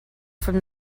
from